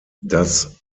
das